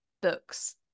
books